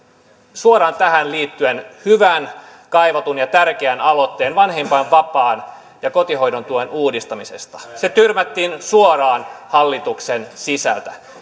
suoraan tähän liittyen hyvän kaivatun ja tärkeän aloitteen vanhempainvapaan ja kotihoidon tuen uudistamisesta se tyrmättiin suoraan hallituksen sisältä